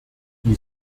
die